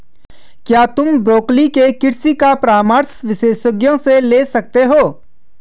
क्या तुम ब्रोकोली के कृषि का परामर्श विशेषज्ञों से ले सकते हो?